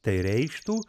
tai reikštų